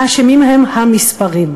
האשמים הם המספרים.